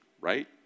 right